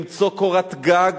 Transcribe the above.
למצוא קורת גג,